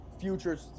futures